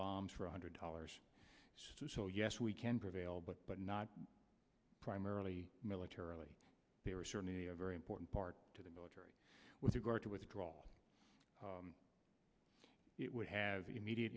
bombs for a hundred dollars so yes we can prevail but but not primarily militarily they are certainly a very important part to the military with regard to withdrawal it would have immediate